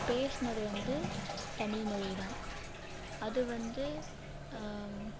பேசுனது வந்து தமிழ்மொழிதான் அதுவந்து